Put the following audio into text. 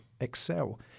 excel